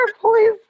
please